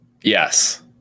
Yes